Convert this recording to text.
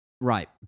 right